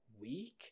weak